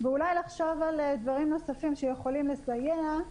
ואולי לחשוב על דברים נוספים שיכולים לסייע,